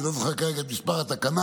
אני לא זוכר כרגע את מספר התקנה,